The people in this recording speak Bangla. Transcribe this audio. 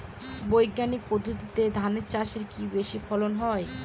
বৈজ্ঞানিক পদ্ধতিতে ধান চাষে কি বেশী ফলন হয়?